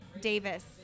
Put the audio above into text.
Davis